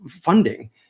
funding